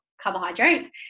carbohydrates